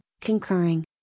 concurring